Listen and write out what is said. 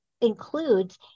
includes